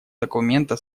документа